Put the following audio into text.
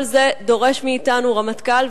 כל זה דורש מאתנו רמטכ"ל,